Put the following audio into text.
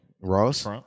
Ross